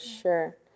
sure